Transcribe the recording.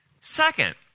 Second